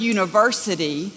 University